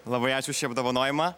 labai ačiū už šį apdovanojimą